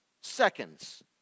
Seconds